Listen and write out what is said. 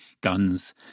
guns